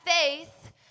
faith